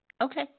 Okay